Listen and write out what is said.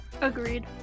agreed